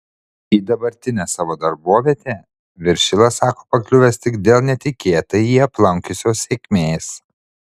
į dabartinę savo darbovietę viršilas sako pakliuvęs tik dėl netikėtai jį aplankiusios sėkmės